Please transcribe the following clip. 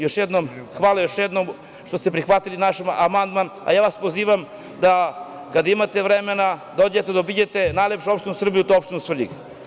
Još jednom hvala što ste prihvatili naš amandman, a ja vas pozivam da kada imate vremena dođete da obiđete najlepšu opštinu u Srbiji, a to je opština Svrljig.